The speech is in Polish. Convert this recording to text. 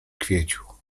kwieciu